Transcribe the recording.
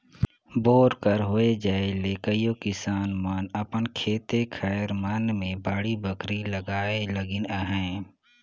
bore कर होए जाए ले कइयो किसान मन अपन खेते खाएर मन मे बाड़ी बखरी लगाए लगिन अहे